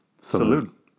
Salute